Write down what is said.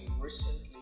recently